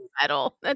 metal